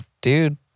dude